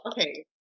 Okay